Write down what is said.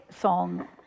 song